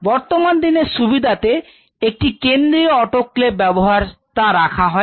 বর্তমান দিনের সুবিধা তে একটি কেন্দ্রীয় অটোক্লেভ ব্যবস্থা রাখা হয়